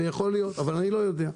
יכול להיות אבל אני לא יודע.